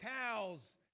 cows